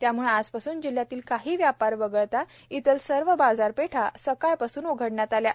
त्यामुळं आजपासून जिल्ह्यातील काही व्यापार वगळता इतर सर्व बाजारपेठा सकाळपासून उघडण्यात आली आहेत